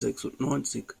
sechsundneunzig